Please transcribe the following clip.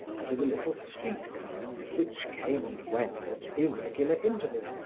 and to the little street cars which came and went at irregular intervals,